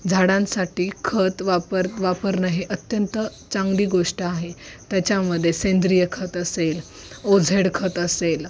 झाडांसाठी खत वापर वापरणं हे अत्यंत चांगली गोष्ट आहे त्याच्यामध्ये सेंद्रिय खत असेल ओ झेड खत असेल